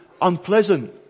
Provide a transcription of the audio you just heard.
unpleasant